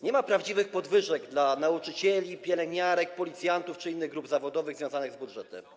Nie ma prawdziwych podwyżek dla nauczycieli, pielęgniarek, policjantów czy innych grup zawodowych związanych z budżetem.